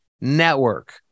network